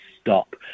stop